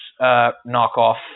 knockoff